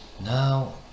Now